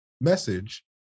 message